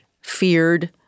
feared